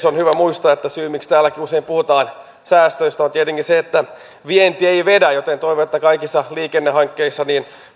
on hyvä muistaa että syy miksi täälläkin usein puhutaan säästöistä on tietenkin se että vienti ei vedä joten toivon että kaikissa liikennehankkeissa